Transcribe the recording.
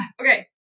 okay